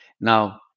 Now